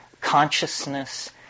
consciousness